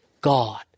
God